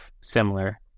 similar